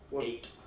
Eight